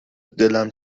دلم